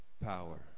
power